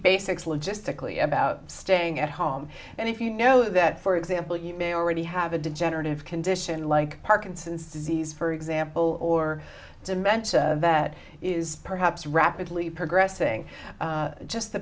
basics logistically about staying at home and if you know that for example you may already have a degenerative condition like parkinson's disease for example or cement that is perhaps rapidly progressing just the